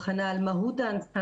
אני רוצה כמובן להודות שוב לכולכם,